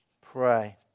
pray